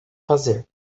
fazer